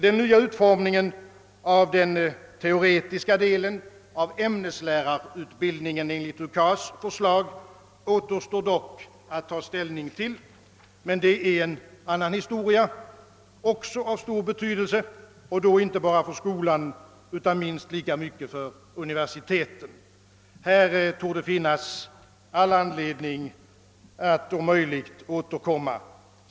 Den nya utformningen av den teoretiska delen av ämneslärarutbildningen enligt UKAS” förslag återstår det dock att ta ställning till, men detta är en annan historia, även om den har stor betydelse, inte bara för skolan utan minst lika mycket för universiteten. Här torde finnas all anledning att om möjligt återkomma.